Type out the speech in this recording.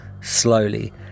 slowly